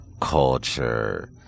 culture